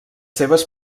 seves